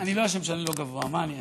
אני לא אשם שאני לא גבוה, מה אני אעשה.